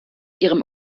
ihrem